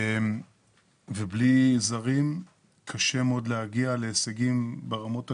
ובלי זרים קשה מאוד להגיע להישגים ברמות הגבוהות.